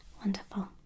Wonderful